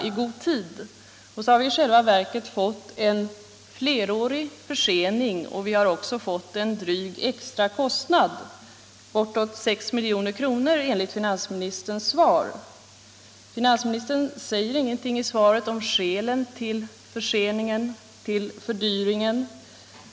I själva verket har det uppstått en flerårig försening och en dryg extra kostnad — bortåt 6 milj.kr. enligt finansministerns svar. Finansministern säger i svaret ingenting om skälen till förseningen och fördyringen.